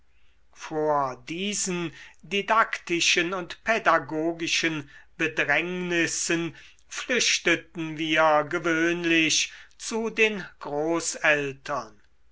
vor diesen didaktischen und pädagogischen bedrängnissen flüchteten wir gewöhnlich zu den großeltern